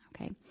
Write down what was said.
okay